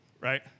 right